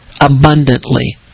abundantly